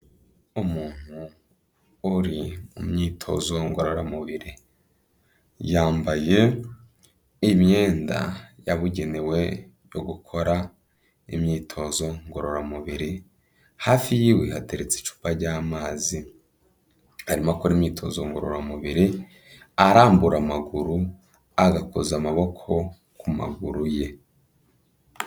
Umuntu uri mu myitozo ngororamubiri, yambaye imyenda yabugenewe yo gukora imyitozo ngororamubiri, hafi y'iwe hateretse icupa ry'amazi, arimo akora imyitozo ngororamubiri arambura amaguru agakoza amaboko ku maguru ye.